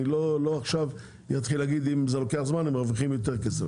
אני לא עכשיו אתחיל להגיד שאם זה לוקח זמן הם מרוויחים יותר כסף,